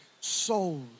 souls